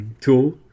tool